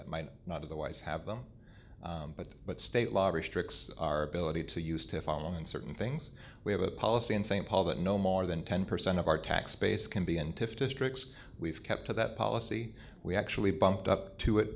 that might not otherwise have them but but state law restricts our ability to used to following certain things we have a policy in st paul that no more than ten percent of our tax base can be in to fish tricks we've kept to that policy we actually bumped up to it